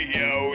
yo